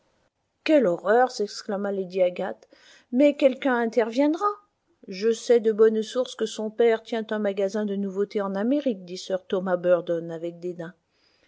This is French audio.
quelle horreur s'exclama lady agathe mais quelqu'un interviendra je sais de bonne source que son père tient un magasin de nouveautés en amérique dit sir thomas burdon avec dédain